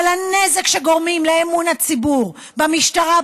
אבל הנזק שגורמים לאמון הציבור במשטרה,